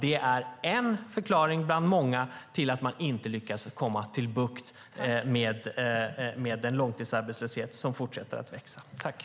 Det är en förklaring bland många till att man inte lyckats få bukt med långtidsarbetslösheten, som fortsätter att öka.